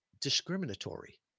discriminatory